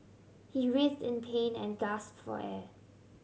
he writhe in pain and gasp for air